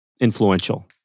influential